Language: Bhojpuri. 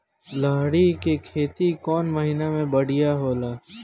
लहरी के खेती कौन महीना में बढ़िया होला?